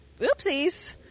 oopsies